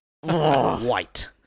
white